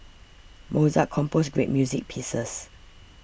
Mozart composed great music pieces